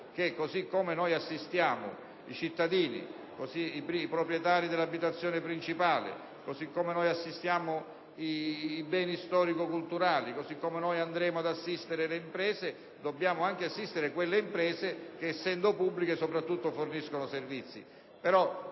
che, così come assistiamo i cittadini, i proprietari dell'abitazione principale e i beni storico-culturali e così come andremo ad assistere le imprese, dobbiamo anche assistere quelle imprese che, essendo pubbliche, forniscono soprattutto servizi.